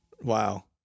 Wow